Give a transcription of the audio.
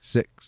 Six